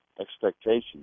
expectations